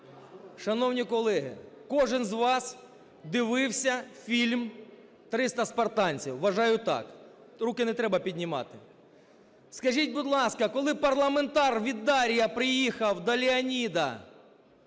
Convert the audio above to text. Шановні колеги, кожен з вас дивився фільм "300 спартанців"? Вважаю, так, руки не треба піднімати. Скажіть, будь ласка, коли парламентар від Дарія приїхав до Леоніда,